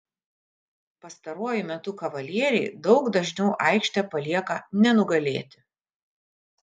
pastaruoju metu kavalieriai daug dažniau aikštę palieka nenugalėti